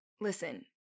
Listen